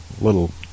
little